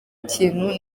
kintu